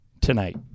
tonight